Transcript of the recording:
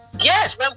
Yes